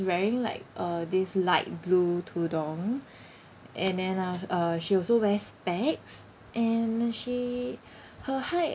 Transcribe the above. wearing like uh this light blue tudung and then af~ uh she also wears specs and she her height